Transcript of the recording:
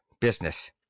business